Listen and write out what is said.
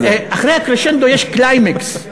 אחרי הקרשנדו יש קליימקס,